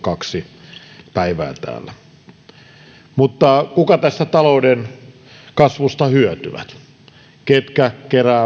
kaksi päivää täällä mutta ketkä tästä talouden kasvusta hyötyvät ketkä